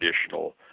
traditional